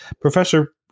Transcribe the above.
Professor